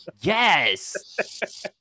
Yes